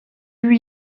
lui